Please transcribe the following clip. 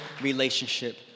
relationship